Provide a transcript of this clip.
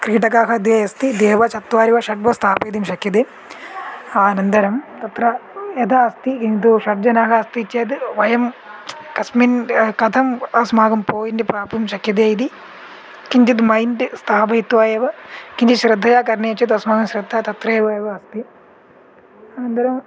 क्रीडकाः द्वे अस्ति द्वे एव चत्वारि वा षड् वा स्थापयितुं शक्यते अनन्तरं तत्र यदा अस्ति किन्तु षट्जनाः अस्ति चेत् वयं कस्मिन् कथम् अस्माकं पौण्ट् प्राप्तुं शक्यते इति किञ्चित् मैण्ड् स्थापयित्वा एव किञ्चित् श्रद्धया करणे च तस्मात् श्रद्धा तत्र एव एव अस्ति अनन्तरं